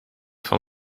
van